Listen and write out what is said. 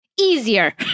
easier